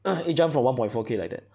it jumped from one point four K like that